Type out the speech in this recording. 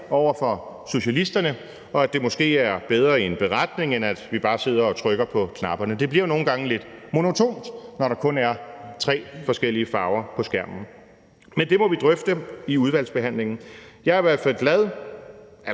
over for socialisterne, og at det måske er bedre i en beretning, end at vi bare sidder og trykker på knapperne. Det bliver jo nogle gange lidt monotont, når der kun er tre forskellige farver på skærmen. Men det må vi drøfte i udvalgsbehandlingen. Jeg er i hvert fald glad